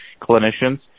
clinicians